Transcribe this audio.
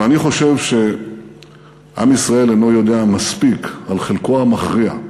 אבל אני חושב שעם ישראל אינו יודע מספיק על חלקו המכריע,